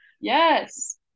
Yes